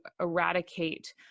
eradicate